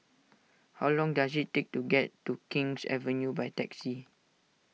how long does it take to get to King's Avenue by taxi